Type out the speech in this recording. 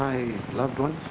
my loved ones